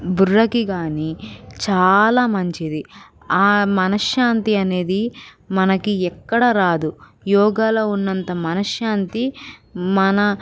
బుర్రకి కానీ చాలా మంచిది ఆ మనశ్శాంతి అనేది మనకి ఎక్కడ రాదు యోగాలో ఉన్నంత మనశ్శాంతి మన